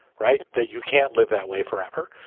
right. that you can't live that way forever.